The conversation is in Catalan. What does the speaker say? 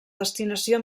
destinació